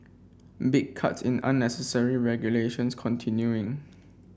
big cuts in unnecessary regulations continuing